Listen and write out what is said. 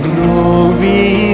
Glory